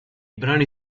brani